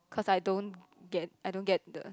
cause I don't get I don't get the